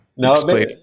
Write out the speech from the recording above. No